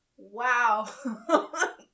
Wow